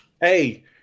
Hey